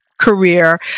career